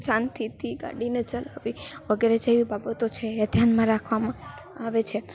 શાંતિથી ગાડીને ચલાવી વગેરે જેવી બાબતો છે એ ધ્યાનમાં રાખવામાં આવે છે